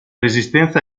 resistenza